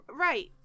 Right